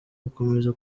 gukomeza